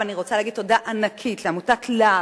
ואני רוצה להגיד תודה ענקית לעמותת לה"ב,